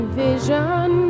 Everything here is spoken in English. vision